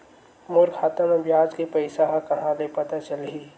मोर खाता म ब्याज के पईसा ह कहां ले पता चलही?